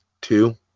two